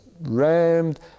rammed